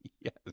Yes